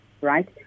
right